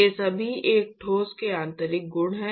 वे सभी एक ठोस के आंतरिक गुण हैं